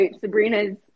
Sabrina's